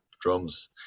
drums